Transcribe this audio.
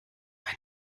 mein